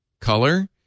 Color